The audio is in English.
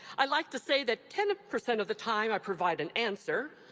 i like to say that ten percent of the time i provide an answer,